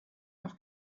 auch